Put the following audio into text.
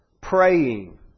praying